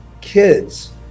kids